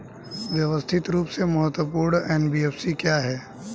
व्यवस्थित रूप से महत्वपूर्ण एन.बी.एफ.सी क्या हैं?